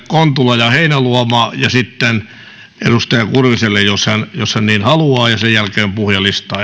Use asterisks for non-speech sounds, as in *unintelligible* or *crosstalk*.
kontula ja heinäluoma ja sitten edustaja kurviselle jos hän jos hän niin haluaa ja sen jälkeen puhujalistaan *unintelligible*